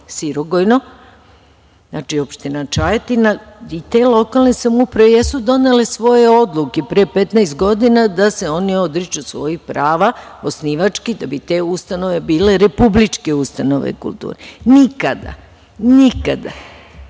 Sirogojno, znači, opština Čajetina i te lokalne samouprave jesu donele svoje odluke pre 15 godina da se oni odriču svojih prava osnivački da bi te ustanove bile republičke ustanove kulture. Nikada do